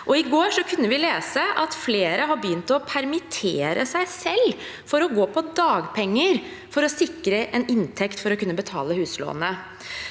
I går kunne vi lese at flere har begynt å permittere seg selv og gå på dagpenger for å sikre en inntekt for å kunne betale huslånet.